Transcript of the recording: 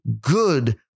good